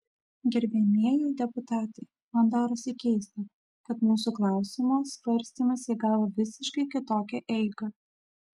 gerbiamieji deputatai man darosi keista kad mūsų klausimo svarstymas įgavo visiškai kitokią eigą